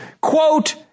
quote